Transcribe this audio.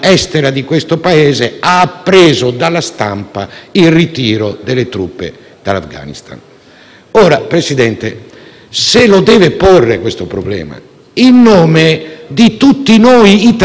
Presidente, si deve porre questo problema in nome di tutti noi italiani. Deve risolvere questo problema; diversamente le nostre